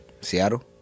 Seattle